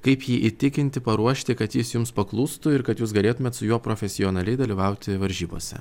kaip jį įtikinti paruošti kad jis jums paklustų ir kad jūs galėtumėt su juo profesionaliai dalyvauti varžybose